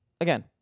again